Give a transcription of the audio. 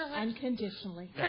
unconditionally